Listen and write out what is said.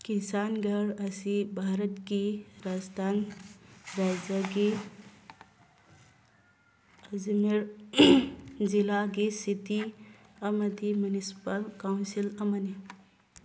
ꯀꯤꯁꯥꯟꯒꯔ ꯑꯁꯤ ꯕꯥꯔꯠꯀꯤ ꯔꯥꯖꯁꯊꯥꯟ ꯔꯥꯏꯖ꯭ꯌꯒꯤ ꯑꯖꯤꯃꯤꯔ ꯖꯤꯂꯥꯒꯤ ꯁꯤꯇꯤ ꯑꯃꯗꯤ ꯃꯨꯅꯤꯁꯤꯄꯥꯜ ꯀꯥꯎꯟꯁꯤꯜ ꯑꯃꯅꯤ